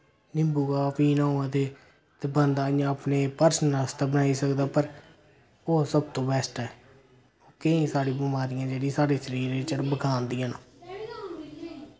निम्बू कावा पीना होऐ ते ते बंदा इयां अपने पर्सनल आस्तै बनाई सकदा पर ओ सबतो बैस्ट ऐ केईं साढ़ी बमारियां जेह्ड़ी साढ़े शरीर च बकांदियां न